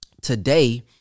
Today